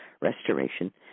restoration